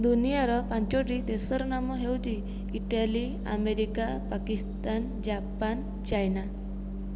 ଦୁନିଆର ପାଞ୍ଚୋଟି ଦେଶର ନାମ ହେଉଛି Italy America Pakistan Japan China